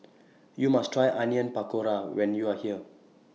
YOU must Try Onion Pakora when YOU Are here